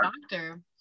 doctor